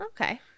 Okay